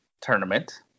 tournament